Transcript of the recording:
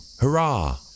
Hurrah